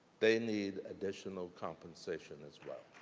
they need additional compensation as well.